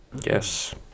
yes